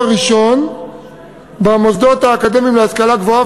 ראשון במוסדות האקדמיים להשכלה גבוהה,